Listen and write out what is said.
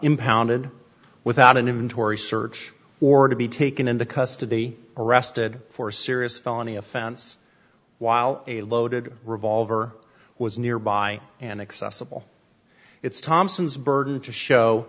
impounded without an inventory search or to be taken into custody arrested for serious felony offense while a loaded revolver was nearby and accessible it's thompson's burden to show